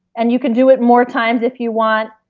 and you can do it more times if you want.